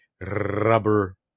rubber